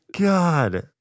god